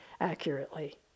accurately